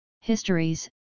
histories